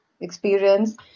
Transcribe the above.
experience